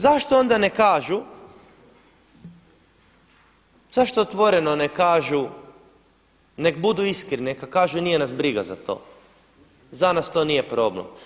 Zašto onda ne kažu, zašto otvoreno ne kažu, neka budu iskreni i neka kažu nije nas briga za to, za nas to nije problem.